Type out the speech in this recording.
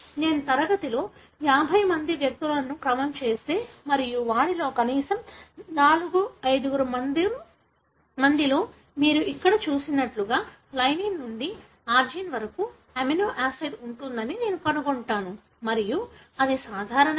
నేను తరగతిలోని 50 మంది వ్యక్తులను క్రమం చేస్తే మరియు వారిలో కనీసం 4 5 మందిలో మీరు ఇక్కడ చూసినట్లుగా లైసిన్ నుండి అర్జినిన్ వరకు అమినో ఆసిడ్ ఉంటుందని నేను కనుగొంటాను మరియు అది సాధారణమేనా